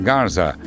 Garza